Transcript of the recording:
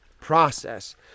process